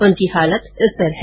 उनकी हालत स्थिर है